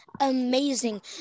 amazing